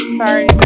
Sorry